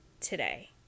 today